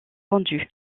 vendu